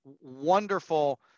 wonderful